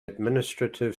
administrative